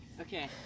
Okay